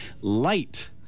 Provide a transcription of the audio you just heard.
light